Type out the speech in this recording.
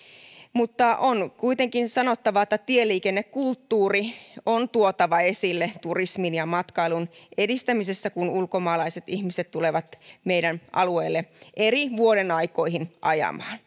mutta on kuitenkin sanottava että tieliikennekulttuuri on tuotava esille turismin ja matkailun edistämisessä kun ulkomaalaiset ihmiset tulevat meidän alueellemme eri vuodenaikoina ajamaan